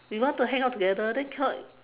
we want to hang out together then cannot